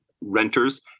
renters